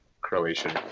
Croatian